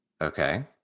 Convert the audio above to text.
Okay